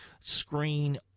screen